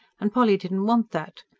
and polly didn't want that.